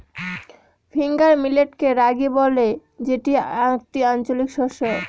finger মিলেটকে রাগি বলে যেটি একটি আঞ্চলিক শস্য